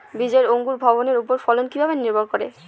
বীজের অঙ্কুর ভবনের ওপর ফলন কিভাবে নির্ভর করে?